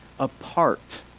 apart